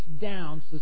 down